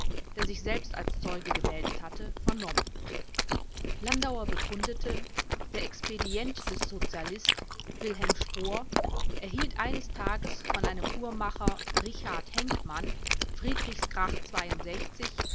der sich selbst als zeuge gemeldet hatte vernommen landauer bekundete der expedient des sozialist wilhelm spohr erhielt eines tages von einem uhrmacher richard henkmann